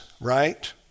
right